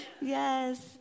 Yes